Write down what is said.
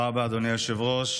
תודה רבה, אדוני היושב-ראש.